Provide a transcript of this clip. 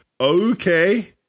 Okay